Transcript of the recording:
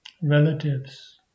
relatives